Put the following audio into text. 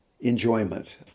enjoyment